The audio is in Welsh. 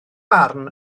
barn